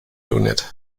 unit